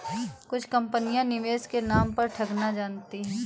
कुछ कंपनियां निवेश के नाम पर ठगना जानती हैं